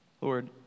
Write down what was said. Lord